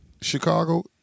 Chicago